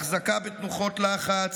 החזקה בתנוחות לחץ,